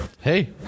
Hey